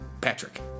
Patrick